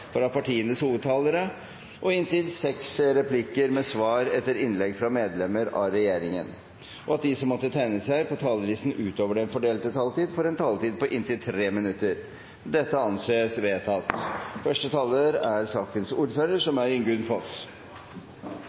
fra partienes hovedtalere og inntil seks replikker med svar etter innlegg fra medlem av regjeringen innenfor den fordelte taletid, og at de som måtte tegne seg på talerlisten utover den fordelte taletid, får en taletid på inntil 3 minutter. – Det anses vedtatt.